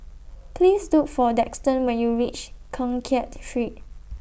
Please Look For Daxton when YOU REACH Keng Kiat Street